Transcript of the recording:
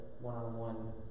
one-on-one